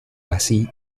así